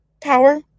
power